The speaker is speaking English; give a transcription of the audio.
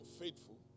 faithful